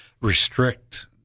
restrict